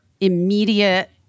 immediate